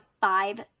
five